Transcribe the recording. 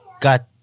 got